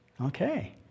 Okay